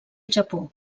japó